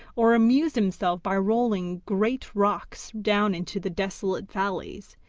or amused himself by rolling great rocks down into the desolate valleys,